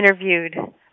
interviewed